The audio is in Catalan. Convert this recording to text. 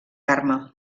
carme